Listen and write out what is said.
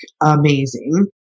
amazing